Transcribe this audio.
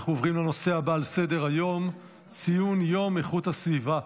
אנחנו עוברים לנושא הבא על סדר-היום: ציון יום איכות הסביבה.